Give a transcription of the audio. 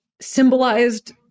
symbolized